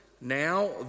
now